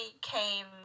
came